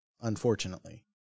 unfortunately